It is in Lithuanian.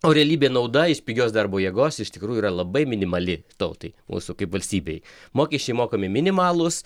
o realybė nauda iš pigios darbo jėgos iš tikrųjų yra labai minimali tautai mūsų kaip valstybei mokesčiai mokami minimalūs